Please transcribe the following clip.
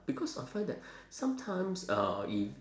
because I find that sometimes uh if